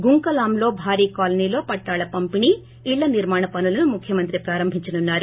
గుంకలాంలో భారీ కాలనీలో పట్టాలు పంపిణీ ఇళ్లనిర్మాణ పనులను ముఖ్యమంత్రి ప్రారంభించనున్నారు